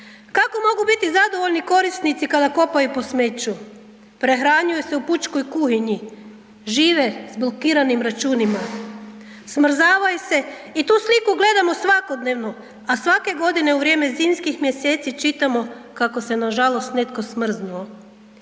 Kako mogu biti zadovoljni korisnici kada kopaju po smeću, prehranjuju se u pučkoj kuhinji, žive s blokiranim računima, smrzavaju se i tu sliku gledamo svakodnevno, a svake godine u vrijeme zimskih mjeseci čitamo kako se, nažalost netko smrznuo.